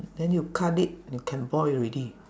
then you cut it you can boil already